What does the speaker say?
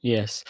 Yes